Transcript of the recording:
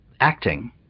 acting